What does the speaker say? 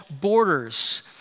borders